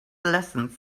lessons